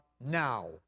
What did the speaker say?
now